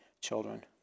children